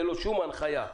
ללא שום הנחיה,